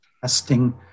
testing